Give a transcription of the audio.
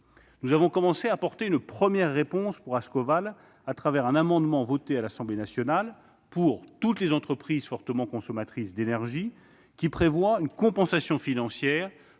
Nous avons apporté une première réponse à cette entreprise au travers d'un amendement voté à l'Assemblée nationale pour toutes les entreprises fortement consommatrices d'énergie. Celui-ci prévoit une compensation financière